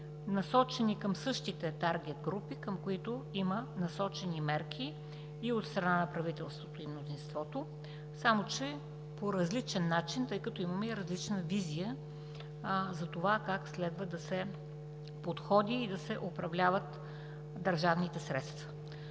насочени към същите таргет групи, към които има насочени мерки и от страна на правителството и мнозинството, само че по различен начин тъй като имаме и различна визия за това как следва да се подходи и да се управляват държавните средства.